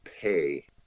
pay